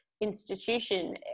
institution